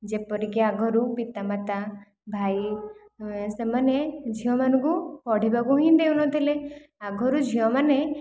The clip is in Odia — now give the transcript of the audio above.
ଯେପରିକି ଆଗରୁ ପିତାମାତା ଭାଇ ସେମାନେ ଝିଅମାନଙ୍କୁ ପଢ଼ିବାକୁ ହିଁ ଦେଉନଥିଲେ ଆଗରୁ ଝିଅମାନେ